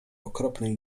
okropnej